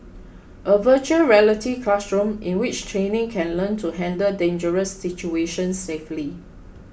a Virtual Reality classroom in which trainees can learn to handle dangerous situations safely